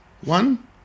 one